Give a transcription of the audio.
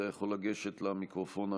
אתה יכול לגשת למיקרופון,